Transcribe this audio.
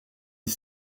dix